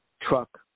truck